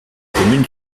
commune